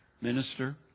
minister